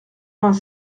vingt